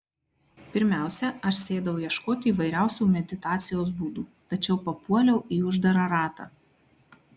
pirmiausia aš sėdau ieškoti įvairiausių meditacijos būdų tačiau papuoliau į uždarą ratą